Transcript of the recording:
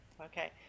okay